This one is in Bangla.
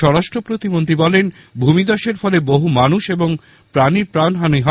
স্বরাষ্ট্র প্রতিমন্ত্রী বলেন ভূমি ধসের ফলে বহু মানুষ এং প্রাণীর প্রাণহানি হয়